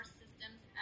systems